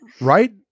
right